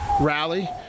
rally